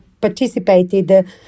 participated